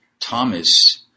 Thomas